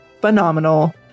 phenomenal